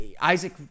Isaac